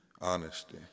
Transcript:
honesty